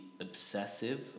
obsessive